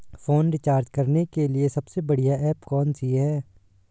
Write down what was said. Phone recharge करने के लिए सबसे बढ़िया ऐप कौन सी है?